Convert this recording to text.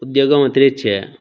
उद्योगम् अतिरिच्य